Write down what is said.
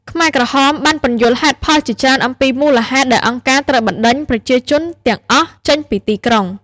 ខ្មែរក្រហមបានពន្យល់ហេតុផលជាច្រើនអំពីមូលហេតុដែលអង្គការត្រូវបណ្តេញប្រជាជនទាំងអស់ចេញពីទីក្រុង។